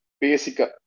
Basic